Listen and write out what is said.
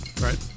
Right